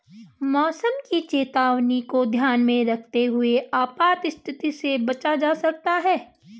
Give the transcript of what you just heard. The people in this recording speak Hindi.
मौसम की चेतावनी को ध्यान में रखते हुए आपात स्थिति से बचा जा सकता है